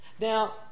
now